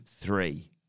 three